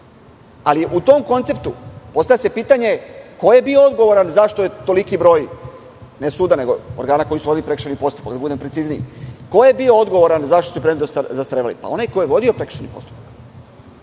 se u tom konceptu postavlja pitanje – ko je bio odgovoran zašto je toliki broj, ne suda, nego organa koji su vodili prekršajni postupak, da budem precizniji, ko je bio odgovoran zašto predmeti zastarevaju? Onaj ko je vodio prekršajni postupak. Sada